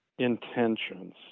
intentions